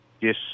Yes